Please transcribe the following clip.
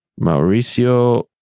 Mauricio